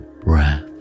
breath